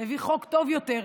הביא חוק טוב יותר,